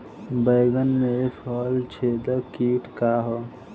बैंगन में फल छेदक किट का ह?